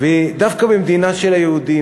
ודווקא במדינה של היהודים,